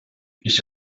ich